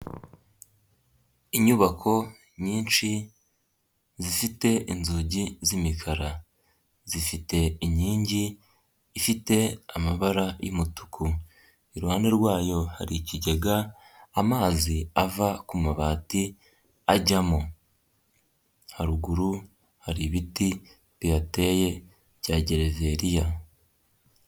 Inyubako nyinshi zifite inzugi z'imikara, zifite inkingi ifite amabara y'umutuku, iruhande rwayo hari ikigega amazi ava ku mabati ajyamo, haruguru hari ibiti bihateye bya gereveriya.